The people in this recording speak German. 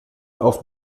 auf